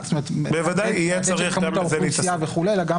"השר"